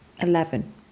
Eleven